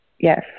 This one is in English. Yes